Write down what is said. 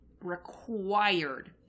required